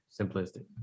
simplistic